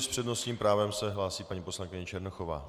S přednostním právem se hlásí paní poslankyně Černochová.